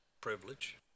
privilege